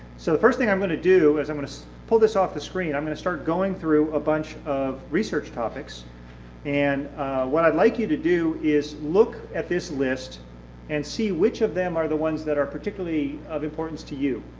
so the first thing i'm going to do is i'm going to pull this off the screen, i'm going to start going through a bunch of research topics and what i'd like you to do is look at the list and see which of them are the ones that are particularly of importance to you.